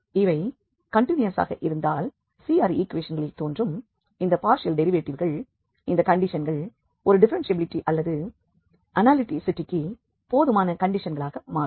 எனவே இவை கண்டினியுசாக இருந்தால் CR ஈக்குவேஷன்களில் தோன்றும் இந்த பார்ஷியல் டெரிவேட்டிவ்கள் இந்தக் கண்டிஷன்கள் ஒரு டிஃப்ஃபெரென்ஷியபிலிட்டி அல்லது அனாலிசிட்டிக்கு போதுமான கண்டிஷன்களாக மாறும்